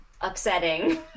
upsetting